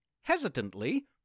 hesitantly